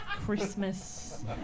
Christmas